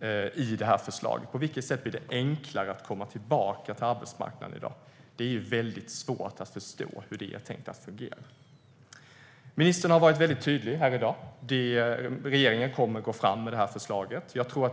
ökar? På vilket sätt blir det enklare att komma tillbaka till arbetsmarknaden i dag? Det är svårt att förstå hur det är tänkt att fungera. Ministern har varit tydlig i dag. Regeringen kommer att gå fram med förslaget.